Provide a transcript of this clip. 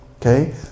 okay